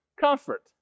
comfort